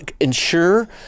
ensure